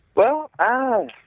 well, oh,